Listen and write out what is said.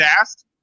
asked